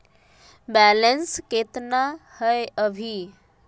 Balance केतना हय अभी?